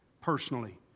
personally